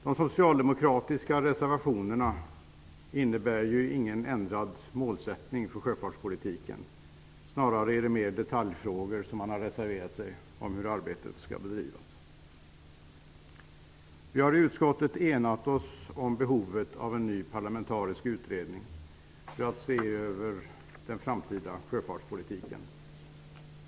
De socialdemokratiska reservationerna innebär ingen ändrad målsättning för sjöfartspolitiken. Det är snarare mer när det gäller detaljfrågor om hur arbetet skall bedrivas som man har reserverat sig. Vi har i utskottet enats om behovet av en ny parlamentarisk utredning för att se över den framtida sjöfartspolitiken.